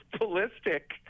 ballistic